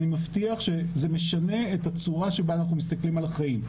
אני מבטיח שזה משנה את הצורה שבה אנחנו מסתכלים על החיים.